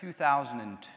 2002